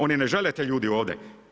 Oni ne žele te ljude ovdje.